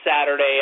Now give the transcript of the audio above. Saturday